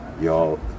y'all